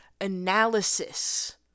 analysis